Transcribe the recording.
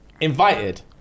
invited